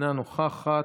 אינה נוכחת.